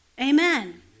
Amen